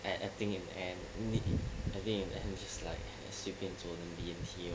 and I think and need and I think in the end it's like 随便做我的 B_M_T lor